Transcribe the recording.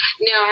No